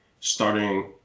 starting